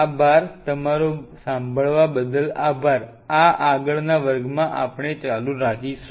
આભાર તમારો સાંભળવા બદલ આભાર આ આગળના વર્ગમાં ચાલુ રાખશું